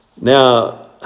Now